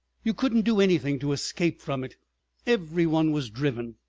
you couldn't do anything to escape from it every one was driven!